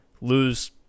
lose